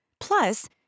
Plus